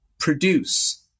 produce